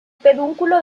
pedúnculo